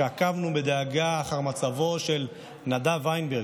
כשעקבנו בדאגה אחר מצבו של נדב וינברג,